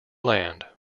land